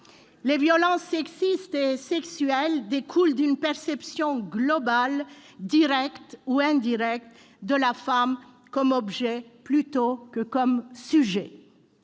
Les violences sexistes et sexuelles découlent d'une perception globale, directe ou indirecte, de la femme comme objet plutôt que comme sujet,